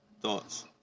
Thoughts